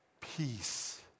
Peace